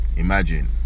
Imagine